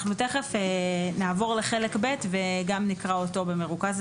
אנחנו תיכף נעבור לחלק ב' וגם נקרא אותו במרוכז,